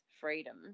freedom